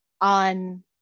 on